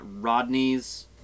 Rodney's